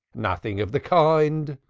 nothing of the kind,